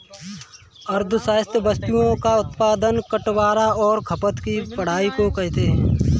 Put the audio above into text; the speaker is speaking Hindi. अर्थशास्त्र वस्तुओं का उत्पादन बटवारां और खपत की पढ़ाई को कहते हैं